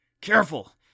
Careful